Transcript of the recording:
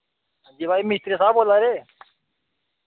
जी भाई मिस्त्री साह्ब बोल्ला दे